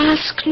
Ask